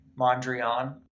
Mondrian